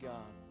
God